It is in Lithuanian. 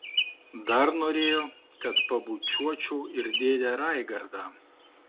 dar norėjo kad pabučiuočiau ir dėdę raigardą